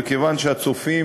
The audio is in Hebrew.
וכיוון שהצופים,